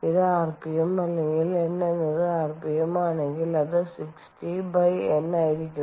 ഇത് rpm ആണെങ്കിൽ N എന്നത് rpm ആണെങ്കിൽ അത് 60 ബൈ N ആയിരിക്കും